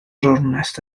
ornest